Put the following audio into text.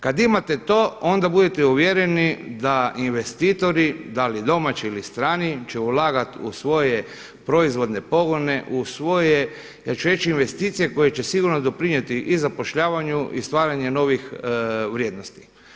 Kad imate to onda budite uvjereni da investitori, da li domaći ili strani će ulagati u svoje proizvodne pogone, u svoje ja ću reći investicije koje će sigurno doprinijeti i zapošljavanju i stvaranje novih vrijednosti.